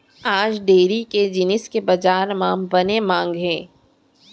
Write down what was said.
आज डेयरी के जिनिस के बजार म बने मांग हे